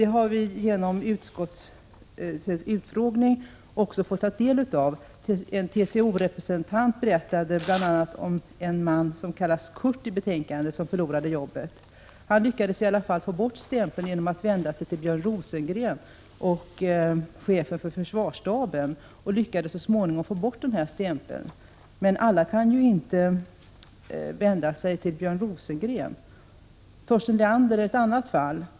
Det har vi genom utskottets utfrågningar också fått ta del av. En TCO-representant berättade bl.a. om en man, som kallas Kurt i betänkandet, som förlorade jobbet. Han vände sig till Björn Rosengren och chefen för försvarsstaben och lyckades så småningom få bort denna stämpel. Men alla kan ju inte vända sig till Björn Rosengren. Torsten Leander är ett annat fall.